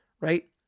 right